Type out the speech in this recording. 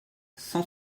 cent